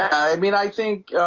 i mean, i think